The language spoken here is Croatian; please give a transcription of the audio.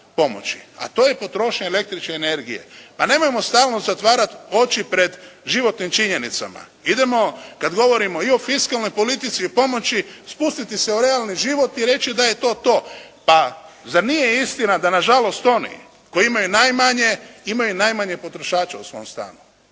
A to je potrošnja električne energije. Pa nemojmo stalno zatvarati oči pred životnim činjenicama. Idemo kad govorimo i o fiskalnoj politici pomoći, spustiti se u realni život i reći da je to to. Pa zar nije istina da nažalost oni koji imaju najmanje imaju najmanje potrošača u svom stanu.